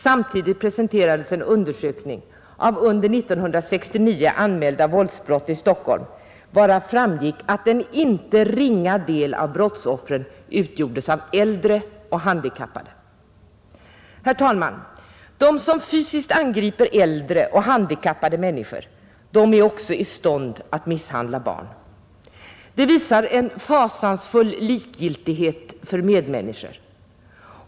Samtidigt presenterades en undersökning av under 1969 anmälda våldsbrott i Stockholm, varav framgick att en inte ringa del av brottsoffren utgjordes av äldre och handikappade. Herr talman! De som fysiskt angriper äldre och handikappade människor, de är också i stånd att misshandla barn. Det visar en fasansfull likgiltighet för medmänniskor.